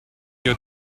your